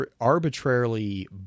arbitrarily